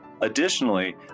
Additionally